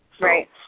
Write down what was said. Right